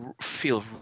feel